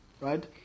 right